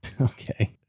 Okay